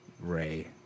Ray